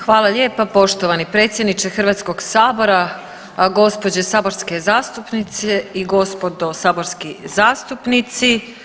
Hvala lijepa poštovani predsjedniče Hrvatskog sabora, gospođe saborske zastupnice i gospodo saborski zastupnici.